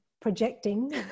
projecting